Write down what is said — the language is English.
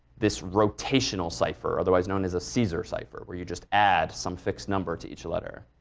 this rotational cipher otherwise known as a caesar cipher where you just add some fixed number to each letter?